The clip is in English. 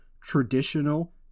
traditional